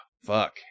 fuck